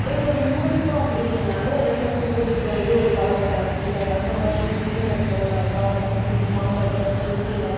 ஒரு ஒரு ஊருக்கும் அப்படில்லனாலும் ஒரு ரெண்டு மூணு ஊருக்கு வந்து ஒரு கவுர்மென்ட் ஹாஸ்பிட்டல் அந்த மாதிரி இங்கே திருவம்பட்டுல ஒரு கவுர்மென்ட் ஹாஸ்பிட்டல் இருக்கு மாம்பழத்தில் செஞ்சியில